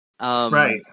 right